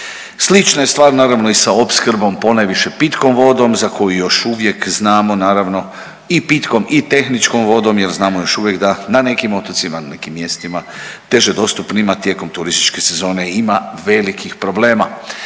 Slična je stvar naravno i sa opskrbom ponajviše pitkom vodom za koju još uvijek znamo naravno i pitkom i tehničkom vodom jer znamo još uvijek da na nekim otocima, na nekim mjestima teže dostupnima tijekom turističke sezone ima velikih problema.